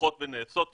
שהולכות ונעשות ירוקות.